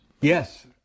Yes